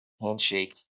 handshake